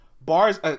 bars